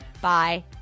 Bye